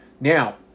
Now